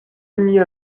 nia